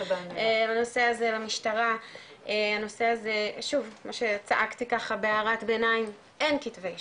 הנושא הזה שוב כמו שצעקתי ככה בהערת ביניים אין כתבי אישום,